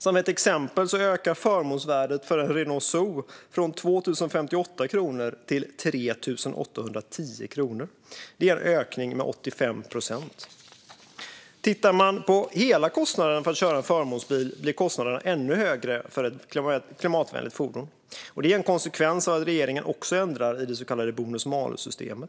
Som ett exempel ökar förmånsvärdet för en Renault Zoe från 2 058 kronor till 3 810 kronor. Det är en ökning med 85 procent. Tittar man på hela kostnaden för att köra en förmånsbil blir kostnaderna ännu högre för ett klimatvänligt fordon. Det är en konsekvens av att regeringen också ändrar i det så kallade bonus-malus-systemet.